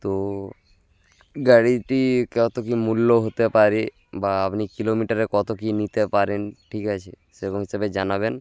তো গাড়িটি কত কী মূল্য হতে পারে বা আপনি কিলোমিটারে কত কী নিতে পারেন ঠিক আছে সেরকম হিসোবে জানাবেন